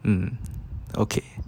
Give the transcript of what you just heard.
mm okay